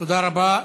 תודה רבה.